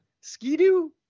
Ski-Doo